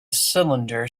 cylinder